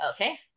Okay